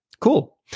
cool